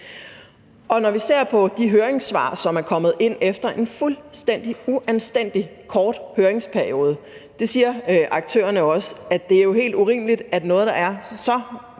Når vi ser på de høringssvar, som er kommet ind efter en fuldstændig uanstændig kort høringsperiode – aktørerne siger også, at det jo er helt urimeligt, at noget, der er så